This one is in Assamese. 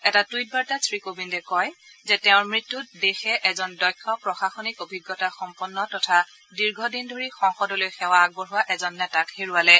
এটা টুইট বাৰ্তাত শ্ৰীকোবিন্দে কয় যে তেওঁৰ মৃত্যুত দেশে এজন দক্ষ প্ৰশাসনিক অভিজ্ঞতাসম্পন্ন তথা দীৰ্ঘদিন ধৰি সংসদলৈ সেৱা আগবঢ়োৱা এজন নেতাক হেৰুৱালে